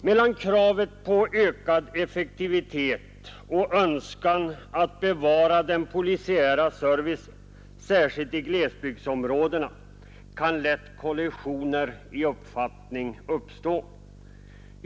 Mellan kravet på ökad effektivitet och önskan att bevara den polisiära servicen kan lätt kollisioner i uppfattning uppstå.